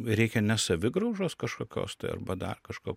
reikia ne savigraužos kažkokios tai arba dar kažko